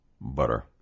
butter